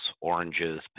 oranges